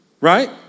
Right